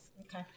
okay